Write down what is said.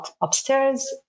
upstairs